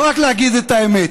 לא רק להגיד את האמת.